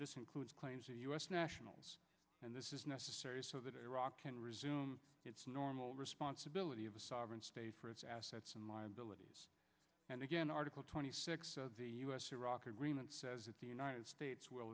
this includes claims of u s nationals and this is necessary so that iraq can resume its normal responsibility of a sovereign state for its assets and liabilities and again article twenty six us iraq agreement says that the united states will